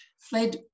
fled